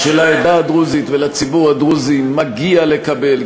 שלעדה הדרוזית ולציבור הדרוזי מגיע לקבל,